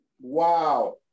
Wow